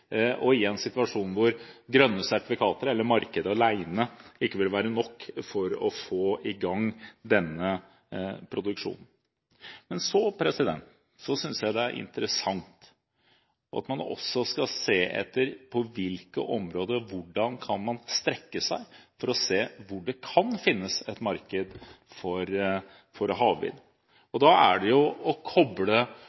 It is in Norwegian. og i en situasjon hvor grønne sertifikater eller markedet alene ikke vil være nok for å få i gang denne produksjonen. Men så synes jeg det er interessant at man også skal se på hvilke områder – hvordan man kan strekke seg – hvor det kan finnes et marked for havvind. Det er når en kobler havvind